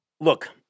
Look